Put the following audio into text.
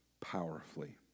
powerfully